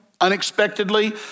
unexpectedly